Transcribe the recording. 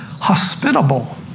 hospitable